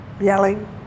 yelling